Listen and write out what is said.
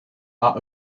are